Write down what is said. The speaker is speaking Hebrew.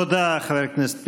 תודה, חבר הכנסת פינדרוס.